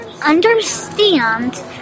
Understand